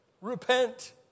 Repent